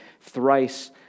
thrice